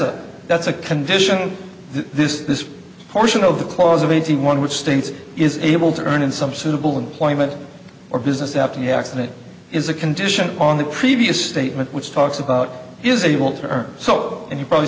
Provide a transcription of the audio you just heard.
a that's a condition of this this portion of the clause of eighty one which states is able to earn in some suitable employment or business after the accident is a condition on the previous statement which talks about is able to or so and you probably